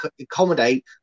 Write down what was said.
accommodate